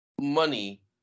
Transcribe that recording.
money